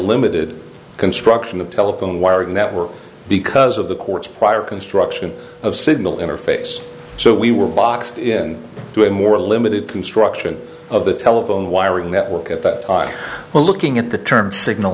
limited construction of telephone wire network because of the court's prior construction of signal interface so we were boxed in doing more limited construction of the telephone wiring network when looking at the term signal